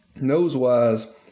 Nose-wise